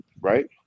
right